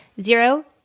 zero